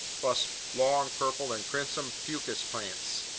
plus long purple and crimson fucus plants,